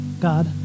God